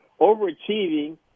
overachieving